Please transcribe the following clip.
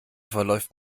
verläuft